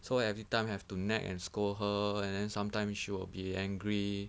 so everytime have to nag and scold her and then sometimes she will be angry